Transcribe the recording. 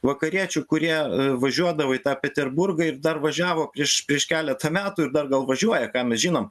vakariečių kurie važiuodavo į tą peterburgą ir dar važiavo prieš prieš keletą metų ir dar gal važiuoja ką mes žinom